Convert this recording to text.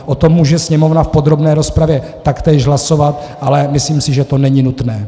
O tom může Sněmovna v podrobné rozpravě taktéž hlasovat, ale myslím si, že to není nutné.